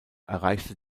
erreichte